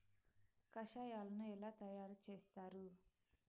కషాయాలను ఎలా తయారు చేస్తారు?